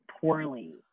poorly